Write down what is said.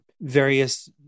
various